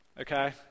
okay